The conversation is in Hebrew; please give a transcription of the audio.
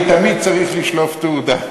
אני תמיד צריך לשלוף תעודה,